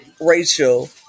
Rachel